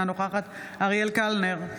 אינה נוכחת אריאל קלנר,